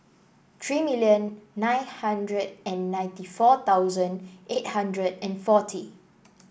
three million nine hundred and ninety four thousand eight hundred and forty